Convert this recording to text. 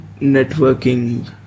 networking